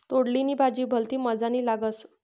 तोंडली नी भाजी भलती मजानी लागस